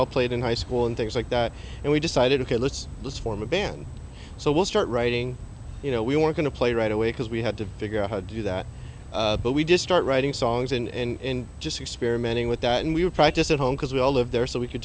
all played in high school and things like that and we decided ok let's let's form a band so we'll start writing you know we were going to play right away because we had to figure out how to do that but we just start writing songs in just experimenting with that and we would practice at home because we all live there so we could